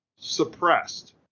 Suppressed